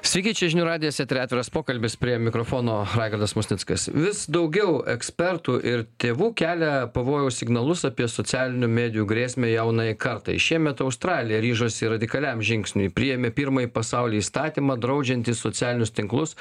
sveiki čia žinių radijas etery atviras pokalbis prie mikrofono raigardas musnickas vis daugiau ekspertų ir tėvų kelia pavojaus signalus apie socialinių medijų grėsmę jaunajai kartai šiemet australija ryžosi radikaliam žingsniui priėmė pirmąjį pasauly įstatymą draudžiantį socialinius tinklus